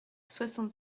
soixante